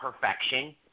perfection